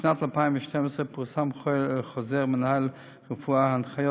בשנת 2012 פורסם חוזר מינהל רפואה: הנחיות